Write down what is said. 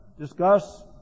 discuss